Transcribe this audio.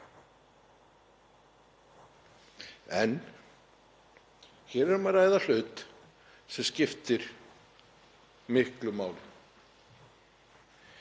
En hér er um að ræða hlut sem skiptir miklu máli